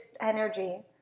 energy